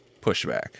pushback